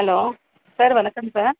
hello sir வணக்கம் sir